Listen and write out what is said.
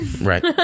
right